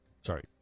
Sorry